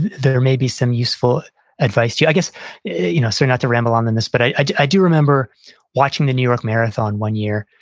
there may be some useful advice to you, i guess you know so not to ramble on and this but i do i do remember watching the new york marathon one year.